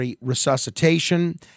resuscitation